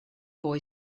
boy